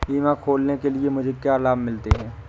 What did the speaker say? बीमा खोलने के लिए मुझे क्या लाभ मिलते हैं?